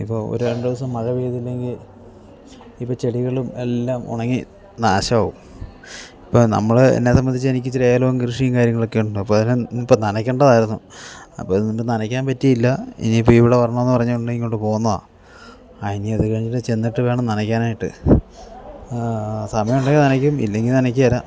ഇപ്പം ഒരു രണ്ടു ദിവസം മഴ പെയ്തില്ലെങ്കിൽ ഇപ്പം ചെടികളും എല്ലാം ഉണങ്ങി നാശാവും ഇപ്പം നമ്മൾ എന്നെ സംബന്ധിച്ചു എനിക്ക് ഇത്തിരി ഏലം കൃഷിയും കാര്യങ്ങളൊക്കെ ഉണ്ട് അപ്പം അതിനെ ഇപ്പം നനയ്ക്കേണ്ടതായിരുന്നു അപ്പ ഇന്ന് ഇപ്പം നനയ്ക്കാൻ പറ്റിയില്ല ഇനി ഇപ്പം ഇവിടെ വരാമെന്നു പറഞ്ഞത് കൊണ്ട് ഇങ്ങോട്ട് പോന്നതാണ് ആ ഇനി അത് കഴിഞ്ഞിട്ട് ചെന്നിട്ട് വേണം നനയ്ക്കാനായിട്ട് സമയമുണ്ടെങ്കിൽ നനയ്ക്കും ഇല്ലെങ്കിൽ നനയ്ക്കുകയില്ല